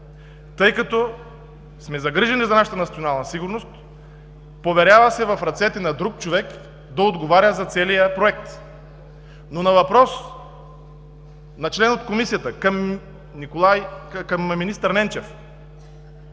Тъй като сме загрижени за нашата национална сигурност, поверява се в ръцете на друг човек да отговаря за целия проект. На въпрос на член от Комисията към министър Николай